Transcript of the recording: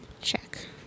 Check